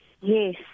Yes